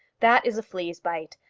that is a flea's bite.